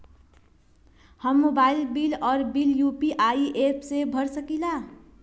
हम mobile bill और bill UPI app से भर सकिला